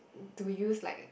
to use like